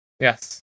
Yes